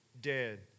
dead